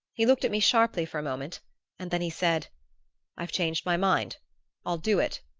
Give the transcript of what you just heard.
he looked at me sharply for a moment and then he said i've changed my mind i'll do it